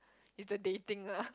is the dating lah